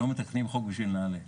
לא מתקנים חוק רק בשביל נעל"ה.